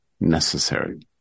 necessary